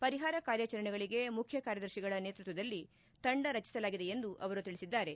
ಪರಿಹಾರ ಕಾರ್ಯಾಚರಣೆಗಳಿಗೆ ಮುಖ್ಯ ಕಾರ್ಯದರ್ತಿಗಳ ನೇತೃತ್ವದಲ್ಲಿ ತಂಡ ರಚಿಸಲಾಗಿದೆ ಎಂದು ಅವರು ತಿಳಿಸಿದ್ದಾರೆ